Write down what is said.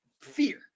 fear